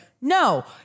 no